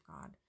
God